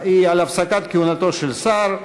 על הפסקת כהונתו של שר,